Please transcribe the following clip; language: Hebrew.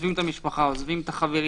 שעוזבים את המשפחה, עוזבים את החברים.